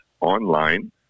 online